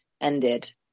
ended